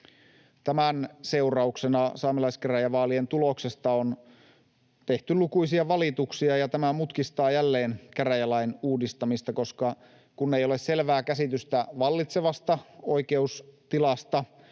Tämän seurauksena saamelaiskäräjävaalien tuloksesta on tehty lukuisia valituksia, ja tämä mutkistaa jälleen käräjälain uudistamista, koska kun ei ole selvää käsitystä vallitsevasta oikeustilasta,